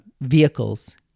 vehicles